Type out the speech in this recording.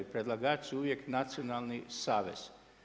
Predlagač su uvijek Nacionalni savez.